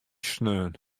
sneon